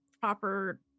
proper